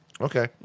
Okay